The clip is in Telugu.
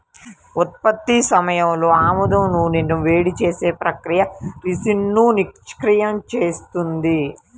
ఉత్పత్తి సమయంలో ఆముదం నూనెను వేడి చేసే ప్రక్రియ రిసిన్ను నిష్క్రియం చేస్తుంది